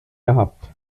gehabt